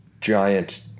giant